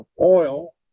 oil